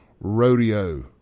Rodeo